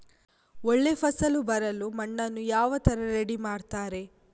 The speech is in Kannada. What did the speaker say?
ಒಳ್ಳೆ ಫಸಲು ಬರಲು ಮಣ್ಣನ್ನು ಯಾವ ತರ ರೆಡಿ ಮಾಡ್ತಾರೆ?